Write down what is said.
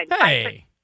Hey